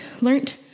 learned